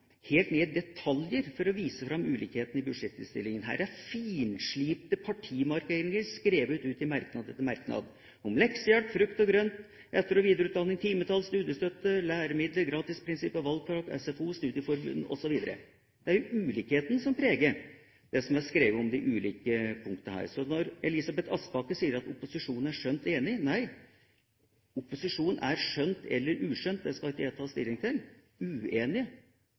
er finslipte partimarkeringer skrevet ut i merknad etter merknad, om leksehjelp, frukt og grønt, etter- og videreutdanning, timetall, studiestøtte, læremidler, gratisprinsippet, valgfag, SFO, studieforbund osv. Det er jo ulikheten som preger det som er skrevet om de forskjellige punktene her. Elisabeth Aspaker sier at opposisjonen er skjønt enige. Nei, opposisjonen er skjønt – eller uskjønt, det skal ikke jeg ta stilling til – uenige